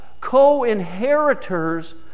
co-inheritors